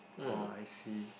oh I see